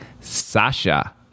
Sasha